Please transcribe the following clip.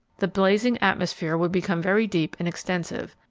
the blazing atmosphere would become very deep and extensive,